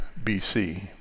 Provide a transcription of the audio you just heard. BC